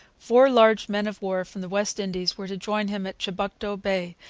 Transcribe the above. four large men-of-war from the west indies were to join him at chibucto bay,